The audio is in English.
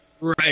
Right